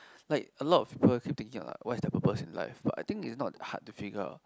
like a lot of people keep thinking about what is their purpose in life but I think it's not that hard to figure out